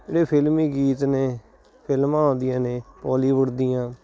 ਜਿਹੜੇ ਫ਼ਿਲਮੀ ਗੀਤ ਨੇ ਫ਼ਿਲਮਾਂ ਆਉਂਦੀਆਂ ਨੇ ਪੋਲੀਵੁੱਡ ਦੀਆਂ